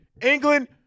England